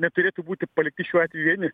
neturėtų būti palikti šiuo atveju vieni